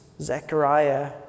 Zechariah